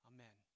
Amen